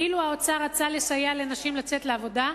אילו רצה האוצר לסייע לנשים לצאת לעבודה,